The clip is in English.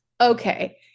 okay